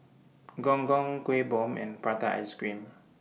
Gong Gong Kuih Bom and Prata Ice Cream